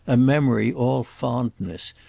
a memory all fondness,